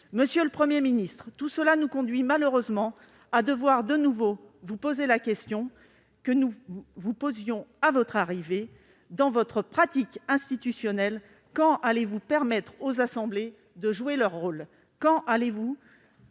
Monsieur le Premier ministre, tout cela nous conduit malheureusement à devoir de nouveau vous poser la question que nous vous posions à votre entrée en fonctions : dans votre pratique institutionnelle, quand allez-vous permettre aux assemblées de jouer leur rôle ? Quand allez-vous